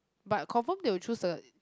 but confirm they will choose the